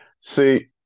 See